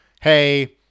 hey